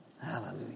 Hallelujah